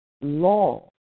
law